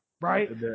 Right